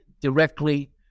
directly